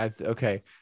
okay